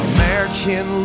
American